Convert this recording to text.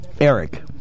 Eric